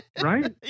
Right